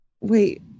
Wait